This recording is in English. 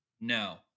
no